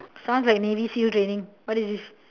sounds like maybe still raining what is this